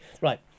Right